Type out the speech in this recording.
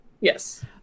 Yes